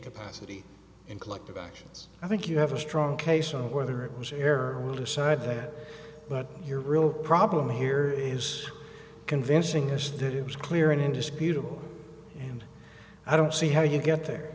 capacity in collective actions i think you have a strong case on whether it was error will decide that but your real problem here is convincing us that it was clear and indisputable and i don't see how you get there